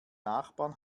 nachbarn